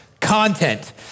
content